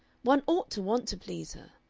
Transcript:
one ought to want to please her.